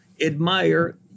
admire